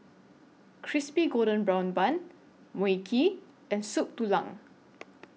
Crispy Golden Brown Bun Mui Kee and Soup Tulang